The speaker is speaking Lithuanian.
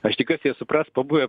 aš tikiuosi jie supras pabuvę